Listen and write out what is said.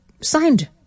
signed